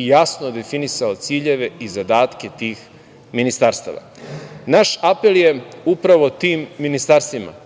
i jasno definisao ciljeve i zadatke tih ministarstava. Naš apel je upravo tim ministarstvima,